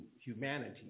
humanity